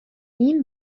این